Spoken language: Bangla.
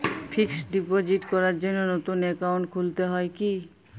ফিক্স ডিপোজিট করার জন্য নতুন অ্যাকাউন্ট খুলতে হয় কী?